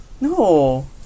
No